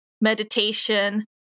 meditation